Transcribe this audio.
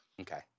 Okay